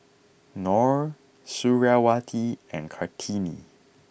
Noh Suriawati and Kartini